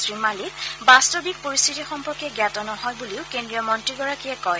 শ্ৰীমালিক বাস্তৱিক পৰিশ্বিতি সম্পৰ্কে জ্ঞাত নহয় বুলিও কেন্দ্ৰীয় মন্ত্ৰীগৰাকীয়ে কয়